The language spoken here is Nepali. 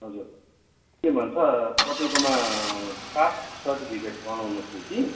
हजुर के भन्छ तपाईँकोमा कास्ट सर्टिफिकेेट बनाउनु थियो कि